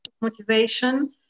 motivation